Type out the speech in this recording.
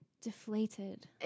deflated